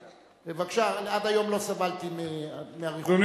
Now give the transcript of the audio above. עד היום לא סבלתי מאריכות,